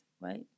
right